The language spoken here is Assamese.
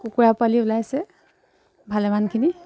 কুকুৰা পোৱালি ওলাইছে ভালেমানখিনি